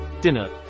dinner